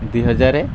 ଦୁଇହଜାରେ